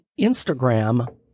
Instagram